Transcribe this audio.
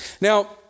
Now